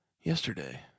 yesterday